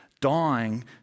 Dying